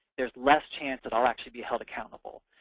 there's less chance that i'll actually be held accountable.